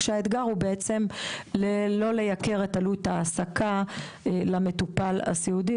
כשהאתגר הוא בעצם לא לייקר את עלות ההעסקה למטופל הסיעודי,